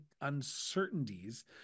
uncertainties